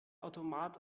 automat